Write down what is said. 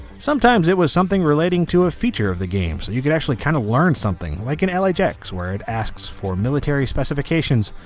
sometimes it was something relating to a feature of the games, you can actually can kind of learn something like in lhx, where it asks for military specifications,